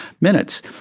minutes